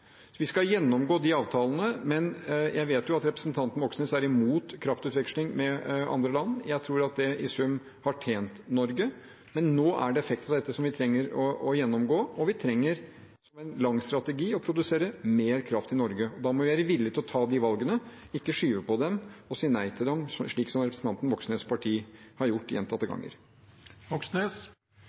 Vi skal gjennomgå de avtalene, men jeg vet jo at representanten Moxnes er imot kraftutveksling med andre land. Jeg tror at det i sum har tjent Norge, men nå er det effekter av dette som vi trenger å gjennomgå, og vi trenger, som en lang strategi, å produsere mer kraft i Norge. Da må vi være villig til å ta de valgene, ikke skyve på dem og si nei til dem, slik representanten Moxnes’ parti har gjort gjentatte